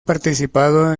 participado